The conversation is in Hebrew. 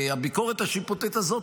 הביקורת השיפוטית הזאת,